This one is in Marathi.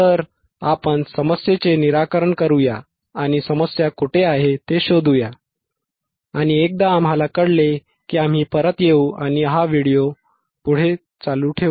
तर आपण समस्येचे निराकरण करूया आणि समस्या कुठे आहे ते शोधूया आणि एकदा आम्हाला कळले की आम्ही परत येऊ आणि हा व्हिडिओ पुढे चालू ठेवू